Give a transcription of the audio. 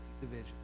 division